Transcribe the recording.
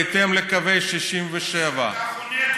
בהתאם לקווי 67'. אתה חונק אותם.